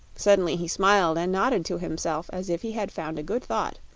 suddenly he smiled and nodded to himself as if he had found a good thought,